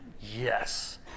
yes